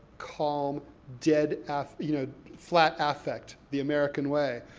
calm, dead af, you know, flat affect, the american way.